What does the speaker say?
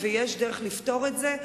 ויש דרך לפתור את זה.